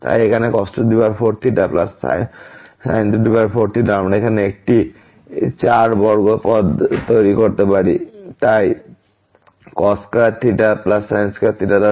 তাই এখানে cos4 sin4 আমরা এখানে একটি 4 বর্গ পদ তৈরি করতে পারি তাই cos2 sin2 2